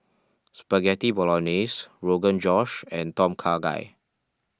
Spaghetti Bolognese Rogan Josh and Tom Kha Gai